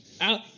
out